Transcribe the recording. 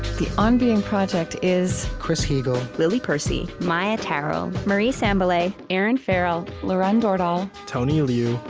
the on being project is chris heagle, lily percy, maia tarrell, marie sambilay, erinn farrell, lauren dordal, tony liu,